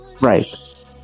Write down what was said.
right